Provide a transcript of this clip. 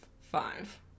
five